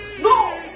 no